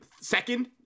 second